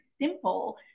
simple